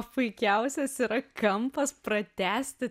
puikiausias yra kampas pratęsti